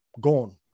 gone